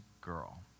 girl